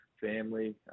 family